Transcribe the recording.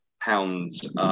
pounds